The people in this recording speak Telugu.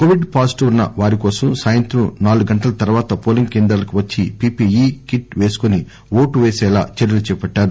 కోవిడ్ పాజిటివ్ ఉన్న వారికోసం సాయంత్రం నాలుగు గంటల తర్వాత పోలింగ్ కేంద్రాలకు వచ్చి పిపిఈ కిట్ పేసుకోని ఓటు వేసేలా చర్యలు చేపట్లారు